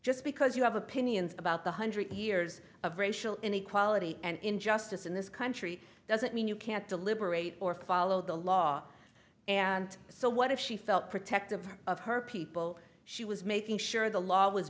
just because you have opinions about the hundred years of racial inequality and injustice in this country doesn't mean you can't deliberate or follow the law and so what if she felt protective of her people she was making sure the law was